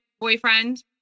boyfriend